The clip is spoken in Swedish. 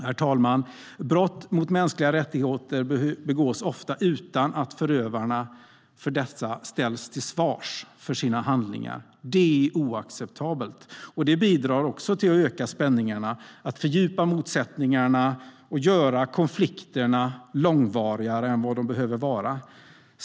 Herr talman! Brott mot mänskliga rättigheter begås ofta utan att förövarna ställs till svars för sina handlingar. Det är oacceptabelt och bidrar till att öka spänningarna, fördjupa motsättningarna och göra konflikterna långvarigare än vad de behöver vara.